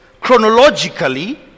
chronologically